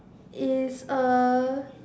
is uh